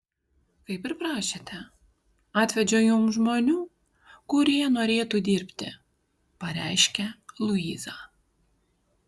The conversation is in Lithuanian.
kaip ir prašėte atvedžiau jums žmonių kurie norėtų dirbti pareiškia luiza